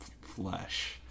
flesh